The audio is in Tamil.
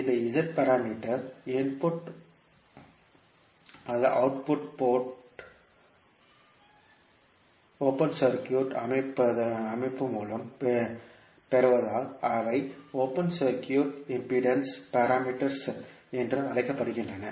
இந்த z பாராமீட்டர்்ஸ் இன்புட் அல்லது அவுட்புட் போர்ட்ஸ் ஓபன் சர்க்யூட் அமைப்பு மூலம் பெறப்படுவதால் அவை ஓபன் சர்க்யூட் இம்பிடேன்ஸ் பாராமீட்டர்்ஸ் என்றும் அழைக்கப்படுகின்றன